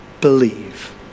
believe